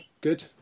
Good